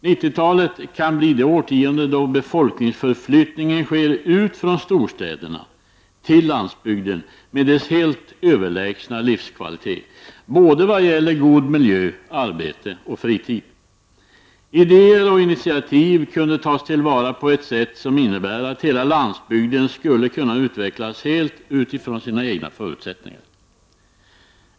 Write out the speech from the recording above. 90-talet kan bli det årtionde då befolkningsförflyttningen sker ut från storstäderna till landsbygden med dess helt överlägsna livskvalitet, både vad gäller god miljö, arbete och fritid. Idéer och initiativ skulle kunna tas till vara på ett sätt som innebär att hela landsbygden skulle kunna utvecklas helt utifrån sina egna förutsättningar.